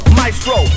maestro